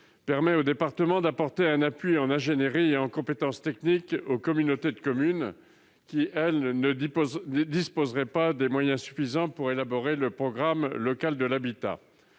permet au département d'apporter un appui en ingénierie et en compétences aux communautés de communes qui ne disposeraient pas des moyens suffisants pour élaborer le programme local de l'habitat.